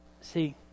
See